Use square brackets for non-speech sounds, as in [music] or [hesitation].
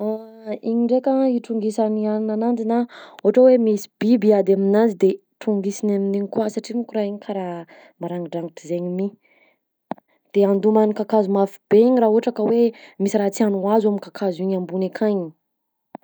[hesitation] Igny ndraika itrongisany hanina ananjy na ohatra hoe misy biby hiady aminazy de trongisiny amin'iny koa satria mo ko raha igny karaha marangidrangitra zay ny mi, de andomany kakazo mafy be igny raha ohatra ka hoe misy raha tiany ho azo amin'ny kakazo igny ambony akagny.